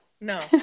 No